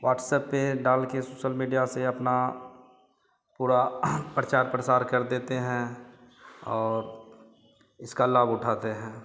WhatsApp पर डालकर social media से अपना पूरा प्रचार प्रसार कर देते हैं और इसका लाभ उठाते हैं